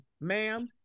Ma'am